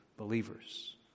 Believers